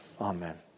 Amen